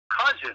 Cousin